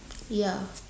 ya